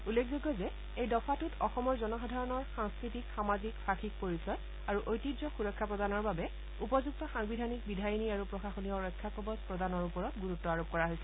উল্লেখযোগ্য যে এই দফাটোত অসমৰ জনসাধাৰণৰ সাংস্কৃতিক সামাজিক ভাষিক পৰিচয় আৰু ঐতিহ্যক সুৰক্ষা প্ৰদানৰ বাবে উপযুক্ত সাংবিধানিক বিধায়িনী আৰু প্ৰশাসনীয় ৰক্ষাকবচ প্ৰদানৰ ওপৰত গুৰুত্ আৰোপ কৰা হৈছে